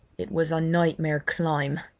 it was a nightmare climb.